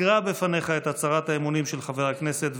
אקרא בפניך את הצהרת האמונים של חבר הכנסת,